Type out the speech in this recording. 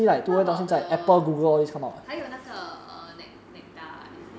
what about the 还有那个 err is it